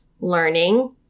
learning